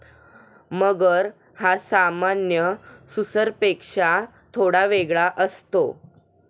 मगर हा सामान्य सुसरपेक्षा थोडा वेगळा असतो